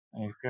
Okay